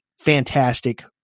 fantastic